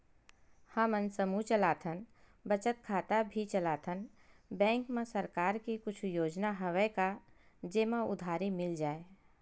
हमन समूह चलाथन बचत खाता भी चलाथन बैंक मा सरकार के कुछ योजना हवय का जेमा उधारी मिल जाय?